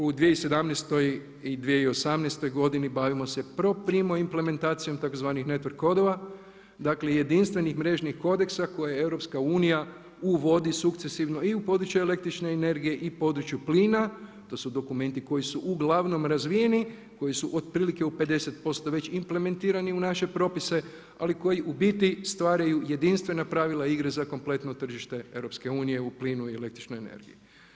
U 2017. i 2018. godini bavimo se proprimo implementacijom tzv. network kodova dakle jedinstvenih mrežnih kodeksa koje EU uvodi sukcesivno i u područje električne energije i u području plina, to su dokumenti koji su uglavnom razvijeni, koji su otprilike u 50% već implementirani u naše propise ali koji u biti stvaraju jedinstvena pravila igre za kompletno tržište EU-a u plinu i električnoj energiji.